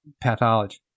pathology